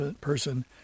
person